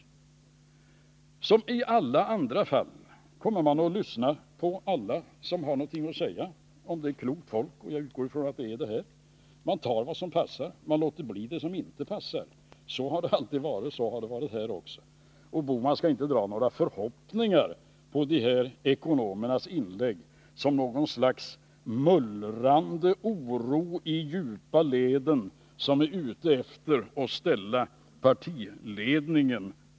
Liksom i alla andra fall kommer man — om det är klokt folk — att lyssna, och jag utgår ifrån att det är klokt folk i det här fallet. Man tar då vad som passar men låter bli det som inte passar. Så har det alltid varit tidigare, och så blir det nu också. Gösta Bohman skall inte ha några förhoppningar om att dessa ekonomers inlägg är något slags mullrande oro i de djupa leden.